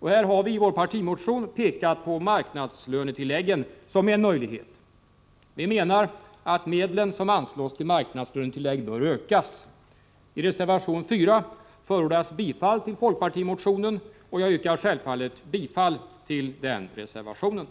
På den punkten har vi i vår partimotion pekat på marknadslönetillägget såsom en möjlighet. Vi menar att medlen som anslås till marknadslönetillägg bör ökas. I reservation 4 förordas bifall till folkpartimotionen, och jag yrkar självfallet bifall till den reservationen.